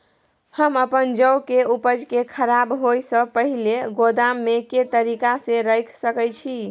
हम अपन जौ के उपज के खराब होय सो पहिले गोदाम में के तरीका से रैख सके छी?